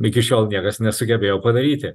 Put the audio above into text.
iki šiol niekas nesugebėjo padaryti